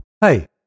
Hey